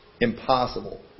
impossible